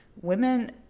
women